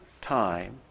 time